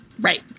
Right